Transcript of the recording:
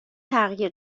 تغییر